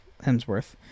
Hemsworth